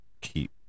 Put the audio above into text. keep